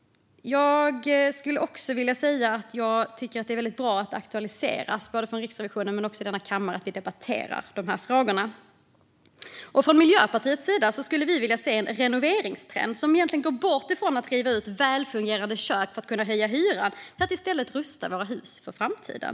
Jag tycker att det är bra att dessa frågor både aktualiseras från Riksrevisionen och att vi debatterar dem i denna kammare. Från Miljöpartiets sida skulle vi vilja se en renoveringstrend som går bort ifrån att riva ut välfungerande kök för att kunna höja hyran till att i stället rusta våra hus för framtiden.